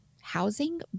housing